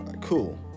cool